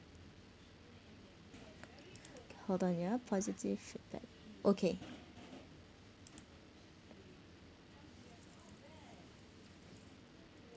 hold on ya positive feedback okay